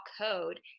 code